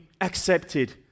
accepted